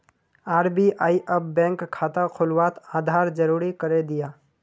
RBI अब bank खाता खुलवात आधार ज़रूरी करे दियाः